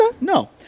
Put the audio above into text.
No